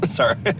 Sorry